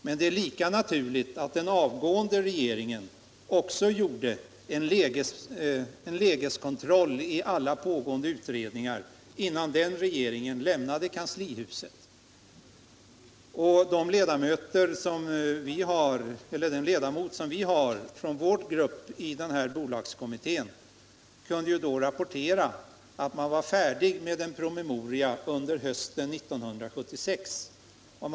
Och lika naturligt var att den avgående regeringen gjorde en kontroll av läget i alla pågående utredningar, innan den lämnade kanslihuset. Den ledamot som vår grupp har i bolagskommittén kunde då rapportera att man på hösten 1976 var färdig med en promemoria.